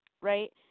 right